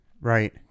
right